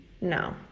No